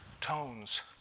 tones